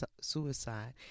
suicide